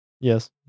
Yes